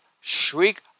shriek